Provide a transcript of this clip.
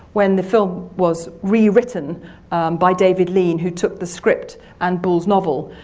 when the film was rewritten by david lean who took the script and boulle's novel,